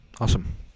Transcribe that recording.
Awesome